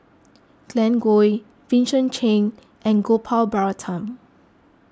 Glen Goei Vincent Cheng and Gopal Baratham